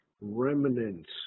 Remnants